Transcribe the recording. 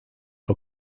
for